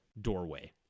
doorway